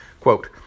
Quote